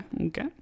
okay